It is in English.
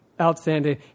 outstanding